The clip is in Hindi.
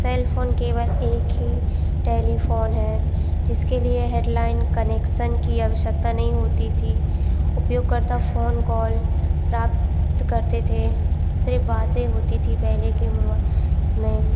सेलफोन केवल एक ही टेलीफ़ोन हैं जिसके लिए हैडलाइन कनेक्सन की आवश्यकता नहीं होती थी उपयोगकर्ता फ़ोन कॉल प्राप्त करते थे सिर्फ़ बातें होती थी पहले के मोबा में